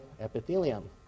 epithelium